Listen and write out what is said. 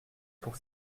pour